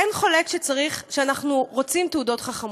אין חולק שאנחנו רוצים תעודות חכמות,